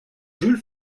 jules